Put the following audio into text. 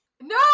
No